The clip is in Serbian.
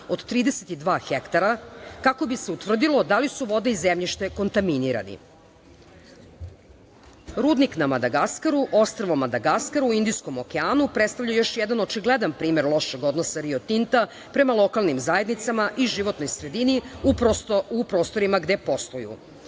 od 32 hektara kako bi se utvrdilo da li su voda i zemljište kontaminirani. Rudnik na Madagaskaru, ostrvo Madagaskar u Indijskom okeanu, predstavlja još jedan očigledan primer lošeg odnosa Rio Tinta prema lokalnim zajednicama i životnoj sredini u prostorima gde posluju. Rio